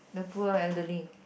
the poor elderly